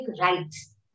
rights